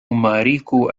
ماريكو